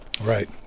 Right